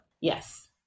yes